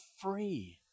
free